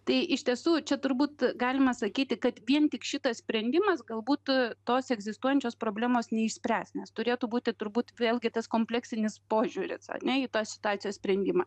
tai iš tiesų čia turbūt galima sakyti kad vien tik šitas sprendimas galbūt tos egzistuojančios problemos neišspręs nes turėtų būti turbūt vėlgi tas kompleksinis požiūris ar ne į tą situacijos sprendimą